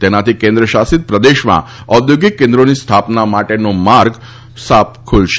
તેનાથી કેન્દ્રશાસિત પ્રદેશમાં ઔદ્યોગિક કેન્દ્રોની સ્થાપના માટેનો માર્ગ સાફ ખુલશે